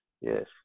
Yes